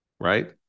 Right